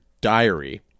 diary